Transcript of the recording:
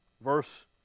verse